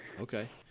okay